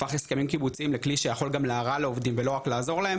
הפך הסכמים קיבוציים לכלי שיכול גם להרע לעובדים ולא רק לעזור להם,